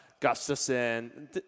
Gustafson